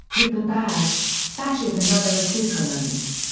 ribbon bads, sashes and other accoutrements.